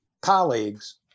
colleagues